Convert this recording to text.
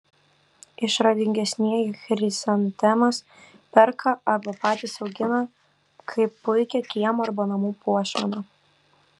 išradingesnieji chrizantemas perka arba patys augina kaip puikią kiemo arba namų puošmeną